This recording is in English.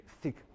thick